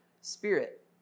spirit